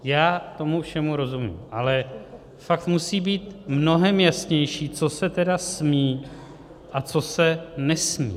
Já tomu všemu rozumím, ale fakt musí být mnohem jasnější, co se tedy smí a co se nesmí.